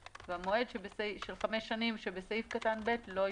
והמועד של חמש שנים שבסעיף קטן (ב) לא ישתנה.